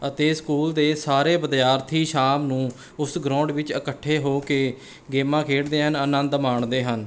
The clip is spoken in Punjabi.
ਅਤੇ ਸਕੂਲ ਦੇ ਸਾਰੇ ਵਿਦਿਆਰਥੀ ਸ਼ਾਮ ਨੂੰ ਉਸ ਗਰਾਊਂਡ ਵਿੱਚ ਇਕੱਠੇ ਹੋ ਕੇ ਗੇਮਾਂ ਖੇਡਦੇ ਹਨ ਆਨੰਦ ਮਾਣਦੇ ਹਨ